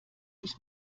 ich